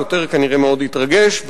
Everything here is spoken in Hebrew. השוטר כנראה מאוד התרגש,